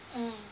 mm